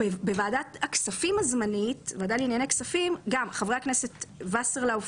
החברים בוועדת הכספים הזמנית: חבר הכנסת וסרלאוף